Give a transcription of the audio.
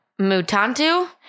Mutantu